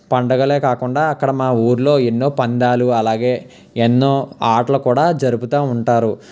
పండగలే కాకుండా అక్కడ మా ఊళ్ళో ఎన్నో పందాలు అలాగే ఎన్నో ఆటలు కూడా జరుపుతూ ఉంటారు